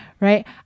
right